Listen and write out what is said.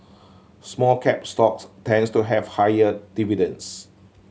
small cap stocks tends to have higher dividends